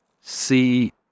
see